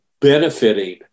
benefiting